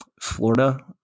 Florida